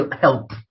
help